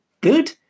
good